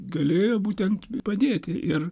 galėjo būtent padėti ir